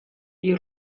die